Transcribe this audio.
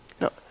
No